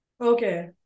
Okay